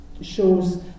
shows